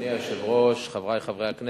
אדוני היושב-ראש, חברי חברי הכנסת,